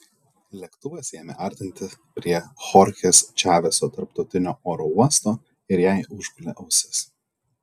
lėktuvas ėmė artintis prie chorchės čaveso tarptautinio oro uosto ir jai užgulė ausis